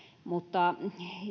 mutta